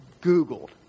Googled